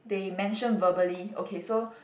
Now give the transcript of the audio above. they mention verbally okay so